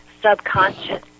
subconscious